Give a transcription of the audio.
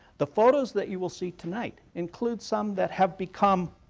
the photos that you will see tonight include some that have become,